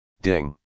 Ding